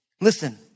listen